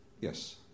Yes